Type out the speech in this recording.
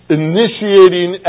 initiating